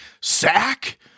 sack